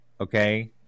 Okay